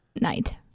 night